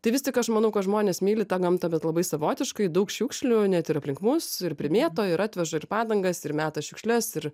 tai vis tik aš manau kad žmonės myli tą gamtą bet labai savotiškai daug šiukšlių net ir aplink mus ir primėto ir atveža ir padangas ir meta šiukšles ir